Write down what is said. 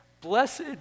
blessed